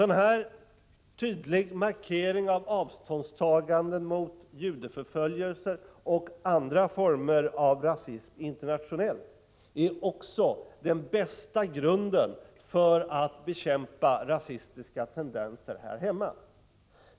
Sådana tydliga markeringar av avståndstaganden från judeförföljelser och andra former av rasism internationellt är också den bästa grunden för att bekämpa rasistiska tendenser här hemma.